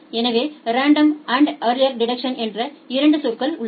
எனவே random and early detection என்ற 2 சொற்கள் உள்ளன